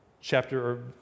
Chapter